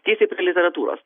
tiesiai prie literatūros